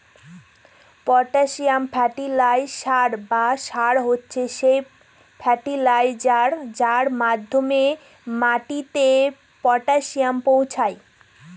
potassium fertiliser বা সার হচ্ছে সেই ফার্টিলাইজার যার মাধ্যমে মাটিতে পটাসিয়াম পৌঁছায়